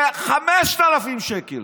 ב-5,000 שקל,